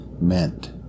meant